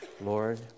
Lord